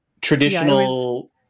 traditional